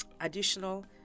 additional